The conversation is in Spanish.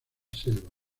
selva